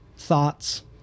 Thoughts